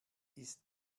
ist